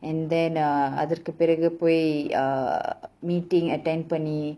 and then uh அதற்கு பிறகு போய்:atharku piragu poi uh meeting attend பண்ணிpanni